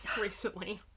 recently